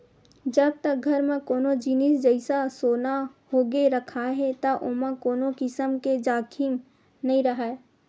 जब तक घर म कोनो जिनिस जइसा सोना होगे रखाय हे त ओमा कोनो किसम के जाखिम नइ राहय